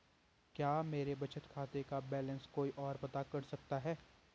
क्या मेरे बचत खाते का बैलेंस कोई ओर पता कर सकता है?